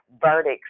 verdicts